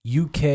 UK